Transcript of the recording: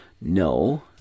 no